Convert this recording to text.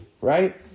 right